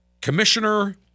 Commissioner